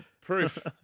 proof